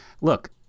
Look